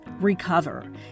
recover